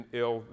ill